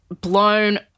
blown